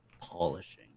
polishing